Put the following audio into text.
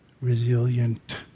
resilient